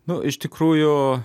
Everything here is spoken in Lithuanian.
nu iš tikrųjų